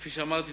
כפי שאמרתי,